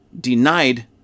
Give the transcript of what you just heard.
denied